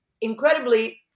incredibly